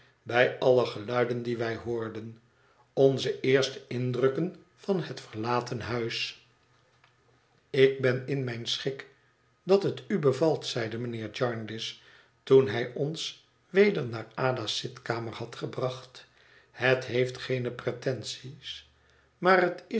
bij alle geluiden die wij hoorden onze eerste indrukken van het verlaten huis ik ben in mijn schik dat het u bevalt zeide mijnheer jarndyce toen hij ons weder naar ada's zitkamer had gebracht het heeft geene pretenties maar het is